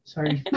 Sorry